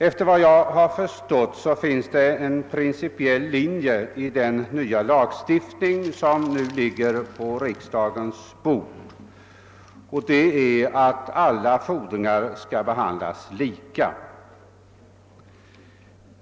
Efter vad jag förstått finns det en principiell linje i den nya lagstiftning varom förslag nu ligger på riksdagens bord, nämligen att alla fordringar skall behandlas lika.